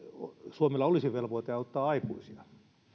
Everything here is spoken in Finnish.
suomella olisi velvoite auttaa aikuisia